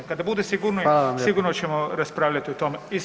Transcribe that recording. Kada bude sigurnije [[Upadica: Hvala vam lijepa.]] sigurno ćemo raspravljati o tome.